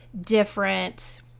different